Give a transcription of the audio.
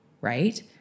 right